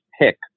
pick